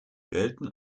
gelten